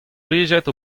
plijet